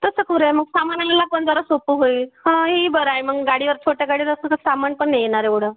तसं करूया मग सामान आणायला पण जरा सोपं होईल हां हे ही बरं आहे मग गाडीवर छोट्या गाडीवर जास्तचं सामान पण नाही येणार एवढं